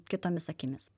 kitomis akimis